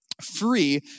free